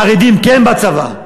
החרדים כן בצבא,